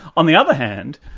on the other hand,